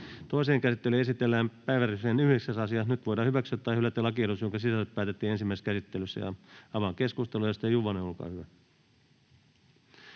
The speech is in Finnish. Toiseen käsittelyyn esitellään päiväjärjestyksen 7. asia. Nyt voidaan hyväksyä tai hylätä lakiehdotus, jonka sisällöstä päätettiin ensimmäisessä käsittelyssä. Avaan keskustelun. — Edustaja Juvonen, olkaa hyvä